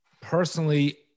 personally